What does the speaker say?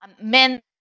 men